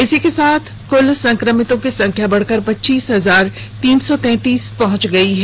इसी के साथ राज्य में कुल संक्रमितों की संख्या बढ़कर पच्चीस हजार तीन सौ तैंतीस पहुंच गई है